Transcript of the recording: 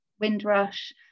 Windrush